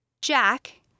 Jack